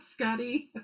Scotty